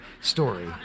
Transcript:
story